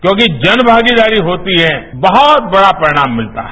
क्योंकि जन्मागीदारी होती है बहुत बड़ा परिणाम मिलता है